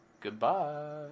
goodbye